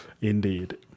Indeed